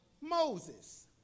Moses